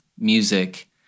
Music